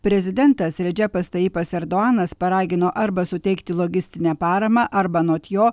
prezidentas redže pastaji paserdoanas paragino arba suteikti logistinę paramą arba anot jo